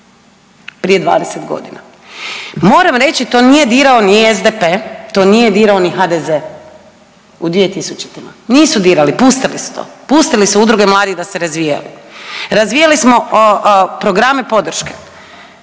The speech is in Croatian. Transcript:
prije 20 godina. Moram reći, to nije dirao ni SDP, to nije dirao ni HDZ u 2000.-ima. Nisu dirali, pustili su to, pustili su udruge mladih da se razvijaju. Razvijali smo programe podrške,